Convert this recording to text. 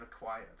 required